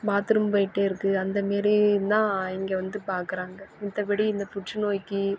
bathroom போயிட்டே இருக்குது அந்த மாரி தான் இங்கே வந்து பார்க்குறாங்க மத்தபடி இந்த புற்றுநோய்க்கு